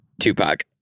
Tupac